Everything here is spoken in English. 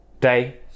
day